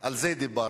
על זה דיברנו.